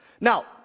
Now